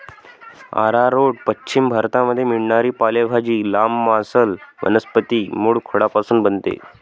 arrowroot पश्चिम भारतामध्ये मिळणारी पालेभाजी, लांब, मांसल वनस्पती मूळखोडापासून बनते